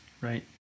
right